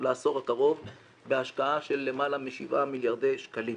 לעשור הקרוב בהשקעה של למעלה מ-7 מיליארדי שקלים.